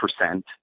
percent